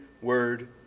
word